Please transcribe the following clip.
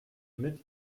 mit